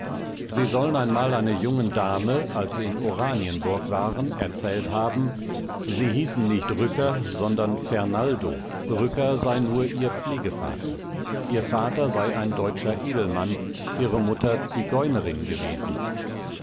sie sollen einmal einer jungen dame als sie in oranienburg waren erzählt haben sie hießen nicht rücker sondern fernaldo rücker sei nur ihr pflegevater ihr vater sei ein deutscher edelmann ihre mutter zigeunerin gewesen